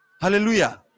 Hallelujah